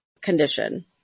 condition